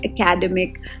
academic